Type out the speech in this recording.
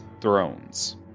thrones